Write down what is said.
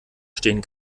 stehen